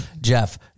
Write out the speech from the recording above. Jeff